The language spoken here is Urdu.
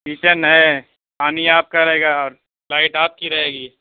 کچن ہے پانی آپ کا رہے گا اور لائٹ آپ کی رہے گی